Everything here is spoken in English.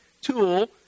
tool